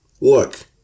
look